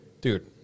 dude